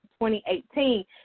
2018